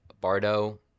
bardo